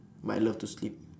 but I love to sleep